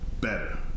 better